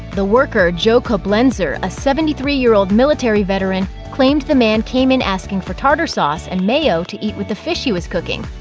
the worker, joe koblenzer, koblenzer, a seventy three year old military veteran, claimed the man came in asking for tartar sauce and mayo to eat with the fish he was cooking,